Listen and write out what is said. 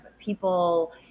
people